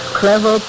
clever